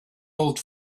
old